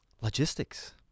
logistics